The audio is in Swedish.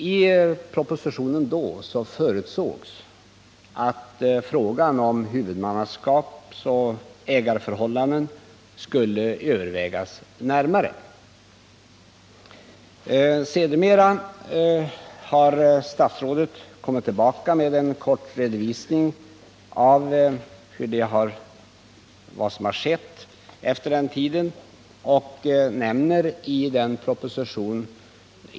I propositionen då förutsågs att frågan om huvudmannaskapsoch ägarförhållanden skulle övervägas närmare. Sedermera har regeringen kommit tillbaka med en kort redovisning av vad som skett därefter.